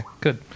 Good